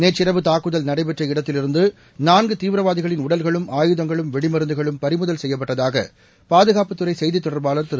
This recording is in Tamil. நேற்றிரவு துக்குதல் நடைபெற்ற இடத்தில் இருந்துநான்குதீவிரவாதிகளின் உடல்களும் ஆயுதங்களும் வெடிமருந்துகளும் பறிமுதல் செய்யப்பட்டதாகபாதுகாப்புத்துறைசெய்தித் தொடர்பாளர் திரு